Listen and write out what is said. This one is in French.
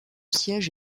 siège